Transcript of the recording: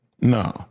No